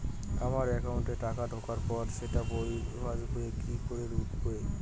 আমার একাউন্টে টাকা ঢোকার পর সেটা পাসবইয়ে কি করে উঠবে?